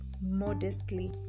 modestly